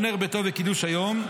או נר ביתו וקידוש היום,